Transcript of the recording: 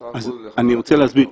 בסך הכול --- אני רוצה להסביר.